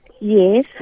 Yes